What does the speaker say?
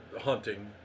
hunting